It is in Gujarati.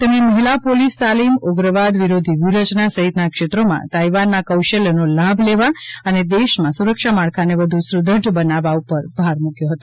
તેમણે મહિલા પોલીસ તાલીમ ઉગ્રવાદ વિરોધી વ્યુહરચના સહિતના ક્ષેત્રોમાં તાઇવાનના કૌશલ્યનો લાભ લેવા અને દેશમાં સુરક્ષા માળખાને વધુ સુદ્રઢ બનાવવા ઉપર ભાર મૂક્યો હતો